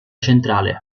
centrale